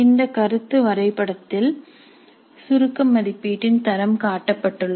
இந்த கருத்து வரைபடத்தில் சுருக்க மதிப்பீட்டின் தரம் காட்டப்பட்டுள்ளது